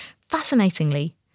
Fascinatingly